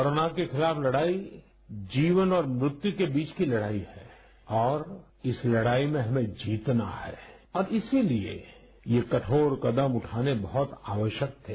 corona के खिलाफ लड़ाई जीवन और मृत्यु के बीच की लड़ाई है और इस लड़ाई में हमें जीतना है और इसीलिए ये कठोर कदम उठाने बहुत आवश्यक थे